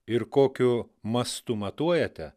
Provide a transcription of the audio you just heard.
ir kokiu mastu matuojate